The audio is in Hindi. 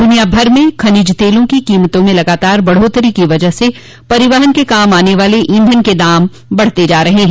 दुनिया भर में खनिज तेल की कीमतों में लगातार बढ़ोतरी की वजह से परिवहन के काम आने वाले ईंधन के दाम बढ़ते जा रहे हैं